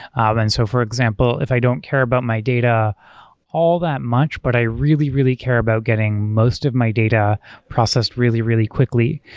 and so, for example, if i don't care about my data all that much, but i really, really care about getting getting most of my data processed really, really quickly,